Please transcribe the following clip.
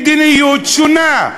מדיניות שונה.